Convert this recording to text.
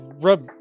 rub